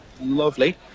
lovely